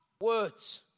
words